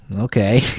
Okay